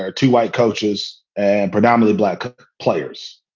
are two white coaches and predominately black players.